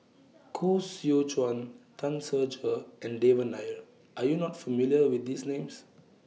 Koh Seow Chuan Tan Ser Cher and Devan Nair Are YOU not familiar with These Names